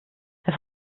der